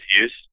use